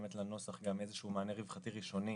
באמת לנוסח גם איזשהו מענה רווחתי ראשוני